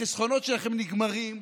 החסכונות שלכם נגמרים,